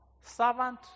servant